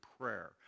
prayer